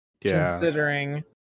Considering